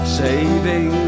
saving